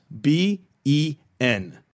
B-E-N